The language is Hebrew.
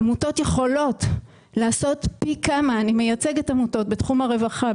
אני מייצגת עמותות בתחום הרווחה,